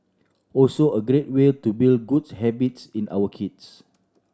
also a great way to build goods habits in our kids